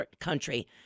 country